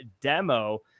demo